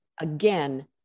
again